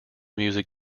music